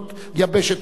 בכל התחומים,